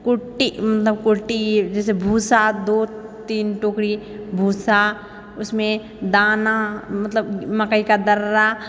कुट्टी मतलब कुट्टी जैसे भूसा दो तीन टोकरी भूसा उसमे दाना मतलब मकइके दर्रा